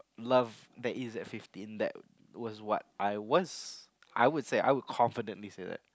love that is at fifteen that was what I was I would say I would confidently say that